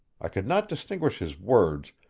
i could not distinguish his words,